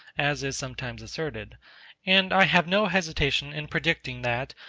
as is sometimes asserted and i have no hesitation in predicting that,